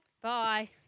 Bye